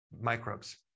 microbes